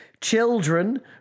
Children